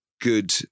good